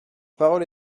parole